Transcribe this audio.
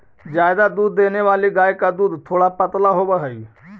ज्यादा दूध देने वाली गाय का दूध थोड़ा पतला होवअ हई